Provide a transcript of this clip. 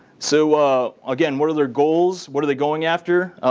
so again, what are their goals, what are they going after?